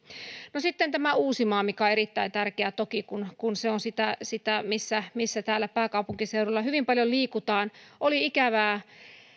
no sitten tämä uusimaa mikä on toki erittäin tärkeä kun se on sitä sitä missä missä täällä pääkaupunkiseudulla hyvin paljon liikutaan oli ikävää